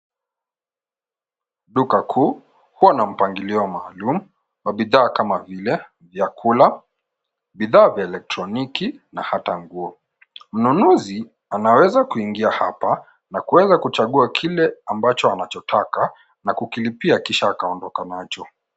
Duka kuu huwa na mpangilio maalum wa bidhaa kama vile vyakula, bidhaa vya elektroniki na hata nguo. Mnunuzi anaweza ingia hapa na kuweza kuchagua kile ambacho anachotaka na kukilipia kisha kuondoka nacho.